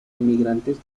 inmigrantes